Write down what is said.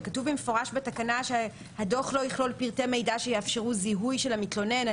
וכתוב במפורש בתקנה שהדוח לא יכלול פרטי מידע שיאפשרו זיהוי של המתלונן,